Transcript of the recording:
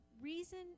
reason